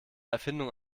erfindung